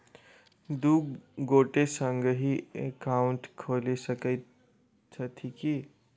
दु गोटे संगहि एकाउन्ट खोलि सकैत छथि की?